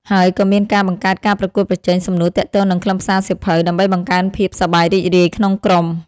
ហើយក៏មានការបង្កើតការប្រកួតប្រជែងសំណួរទាក់ទងនឹងខ្លឹមសារសៀវភៅ ដើម្បីបង្កើនភាពសប្បាយរីករាយក្នុងក្រុម។